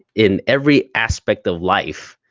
in every aspect of life,